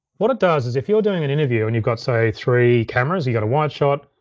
what it does is if you're doing an interview and you've got say, three cameras, you got a wide shot,